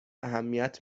اهمیت